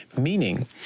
meaning